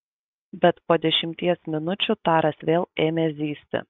bet po dešimties minučių taras vėl ėmė zyzti